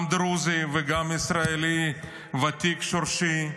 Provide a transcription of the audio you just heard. גם דרוזי וגם ישראלי ותיק שורשי,